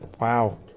Wow